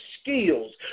skills